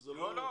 לא.